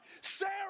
Sarah